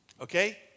okay